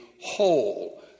whole